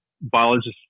biologists